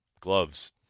gloves